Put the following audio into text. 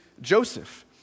Joseph